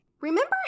remember